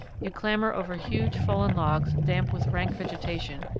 you clamber over huge fallen logs damp with rank vegetation,